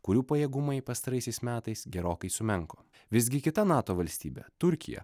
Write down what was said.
kurių pajėgumai pastaraisiais metais gerokai sumenko visgi kita nato valstybė turkija